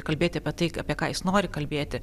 kalbėti apie tai apie ką jis nori kalbėti